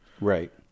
right